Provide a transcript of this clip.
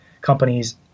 companies